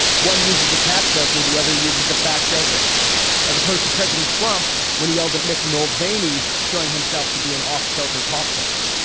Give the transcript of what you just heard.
one uses a cat filter, the other uses a fat filter as opposed to president trump when he yelled at mick mulvaney showing himself to be an off kilter cough filter.